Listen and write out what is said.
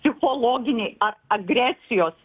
psichologiniai ar agresijos